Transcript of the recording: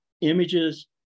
images